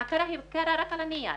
ההכרה היא רק על הנייר,